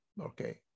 Okay